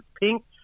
pink